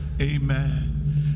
amen